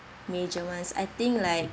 major ones I think like